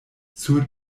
sur